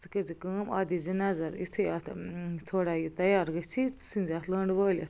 ژٕ کٔرۍ زِ کٲم اَتھ دِیہِ زِ نظر یُتھٕے اَتھ تھوڑا یہِ تیار گَژھٕے ژٕ ژھٕنہِ زِ اَتھ لٔںڈ وٲلِتھ